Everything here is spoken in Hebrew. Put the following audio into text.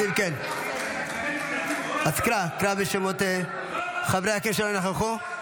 אז קרא בשמות חברי הכנסת שלא נכחו.